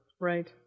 Right